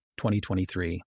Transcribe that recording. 2023